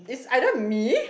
is either me